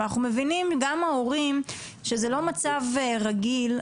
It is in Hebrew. אבל אנחנו מבינים גם ההורים-שזה לא מצב רגיל,